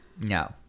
No